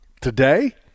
Today